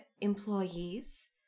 employees